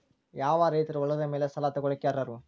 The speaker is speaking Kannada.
ಯಾವ ರೈತರು ಹೊಲದ ಮೇಲೆ ಸಾಲ ತಗೊಳ್ಳೋಕೆ ಅರ್ಹರು?